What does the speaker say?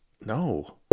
No